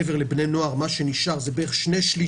מעבר לבני נוער מה שנשאר זה בערך שני שליש